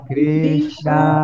Krishna